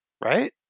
Right